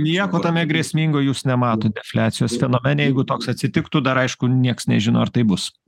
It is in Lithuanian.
nieko tame grėsmingo jūs nematote defliacijos fenomene jeigu toks atsitiktų dar aišku niekas nežino ar taip bus